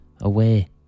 away